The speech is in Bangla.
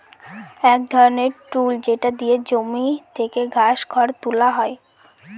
এক ধরনের টুল যেটা দিয়ে জমি থেকে ঘাস, খড় তুলা হয়